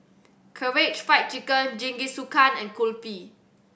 Karaage Fried Chicken Jingisukan and Kulfi